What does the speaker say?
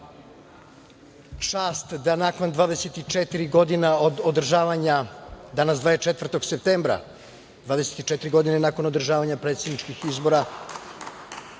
čast da nakon 24 godina od održavanja, danas 24. septembra, 24 godine nakon održavanja predsedničkih izbora